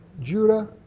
Judah